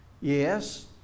Yes